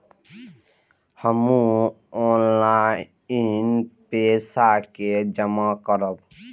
हमू ऑनलाईनपेसा के जमा करब?